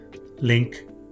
link